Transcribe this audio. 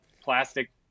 plastic